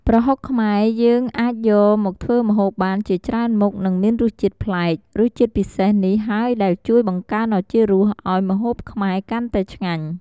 ប្រហុកខ្មែរយើងអាចយកមកធ្វើម្ហូបបានជាច្រើនមុខ និងមានរសជាតិប្លែក រសជាតិពិសេសនេះហើយដែលជួយបង្កើនឱជារសឱ្យម្ហូបខ្មែរកាន់តែឆ្ងាញ់។